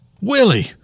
Willie